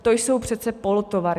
To jsou přece polotovary.